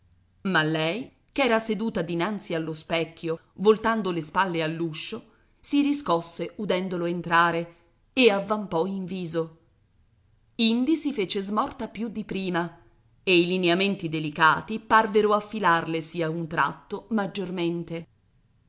ma lei ch'era seduta dinanzi allo specchio voltando le spalle all'uscio si riscosse udendolo entrare e avvampò in viso indi si fece smorta più di prima e i lineamenti delicati parvero affilarlesi a un tratto maggiormente